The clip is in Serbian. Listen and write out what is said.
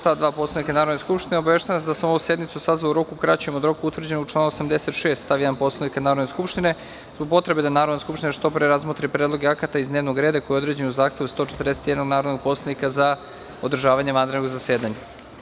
Saglasno članu 86. stav 2. Poslovnika Narodne skupštine, obaveštavam vas da sam ovu sednicu sazvao u roku kraćem od roka utvrđenog u članu 86. stav 1. Poslovnika Narodne skupštine, zbog potrebe da Narodna skupština što pre razmotri predloge akata iz dnevnog reda koji je određen u Zahtevu 141 narodnog poslanika za održavanje vanrednog zasedanja.